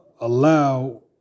allow